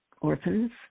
orphans